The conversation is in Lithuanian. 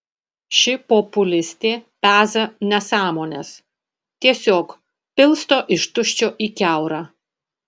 ši populistė peza nesąmones tiesiog pilsto iš tuščio į kiaurą